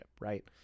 right